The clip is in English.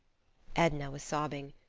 edna was sobbing,